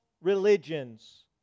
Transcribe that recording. religions